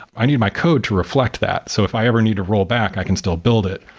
i need my code to reflect that, so if i ever need to roll back, i can still build it.